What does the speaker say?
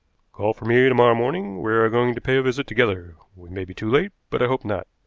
call for me to-morrow morning we are going to pay a visit together. we may be too late, but i hope not.